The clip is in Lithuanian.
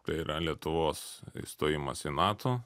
tai yra lietuvos įstojimas į nato